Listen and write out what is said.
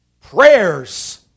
prayers